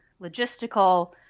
logistical